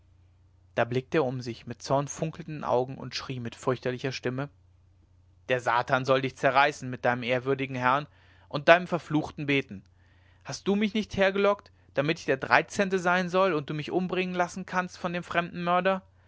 da blickte er um sich mit zornfunkelnden augen und schrie mit fürchterlicher stimme der satan soll dich zerreißen mit deinem ehrwürdigen herrn und deinem verfluchten beten hast du mich nicht hergelockt damit ich der dreizehnte sein soll und du mich umbringen lassen kannst von dem fremden mörder